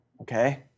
Okay